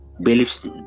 Beliefs